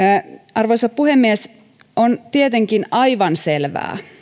arvoisa puhemies on tietenkin aivan selvää